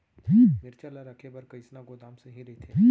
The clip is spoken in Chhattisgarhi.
मिरचा ला रखे बर कईसना गोदाम सही रइथे?